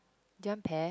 do you want pear